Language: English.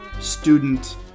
student